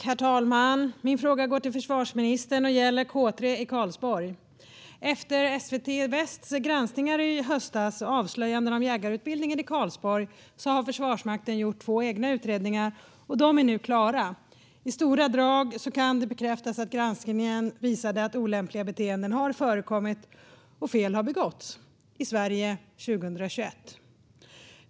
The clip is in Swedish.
Herr talman! Min fråga går till försvarsministern och gäller K 3 i Karlsborg. Efter SVT Västs granskningar i höstas och avslöjanden om jägarutbildningen i Karlsborg har Försvarsmakten gjort två egna utredningar. De är nu klara. I stora drag bekräftas det granskningen visade: att olämpliga beteenden har förekommit och att fel har begåtts - i Sverige 2021.